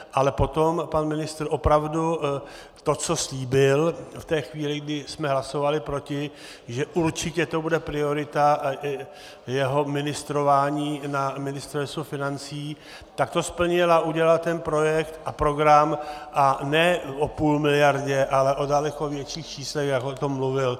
Ale potom pan ministr opravdu to, co slíbil v té chvíli, kdy jsme hlasovali proti, že určitě to bude priorita jeho ministrování na jeho Ministerstvu financí, tak to splnil a udělal ten projekt a program, a ne o půl miliardě, ale o daleko větších číslech, jak o tom mluvil.